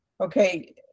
okay